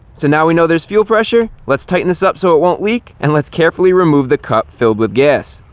so now we know there's fuel pressure. let's tighten this up so it won't leak, and let's carefully remove the cup filled with gas.